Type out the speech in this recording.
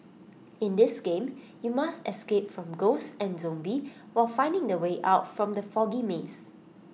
in this game you must escape from ghosts and zombies while finding the way out from the foggy maze